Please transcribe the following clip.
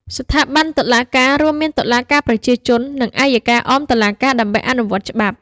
ស្ថាប័នតុលាការ រួមមានតុលាការប្រជាជន និងអយ្យការអមតុលាការ ដើម្បីអនុវត្តច្បាប់។